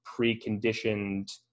preconditioned